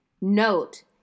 note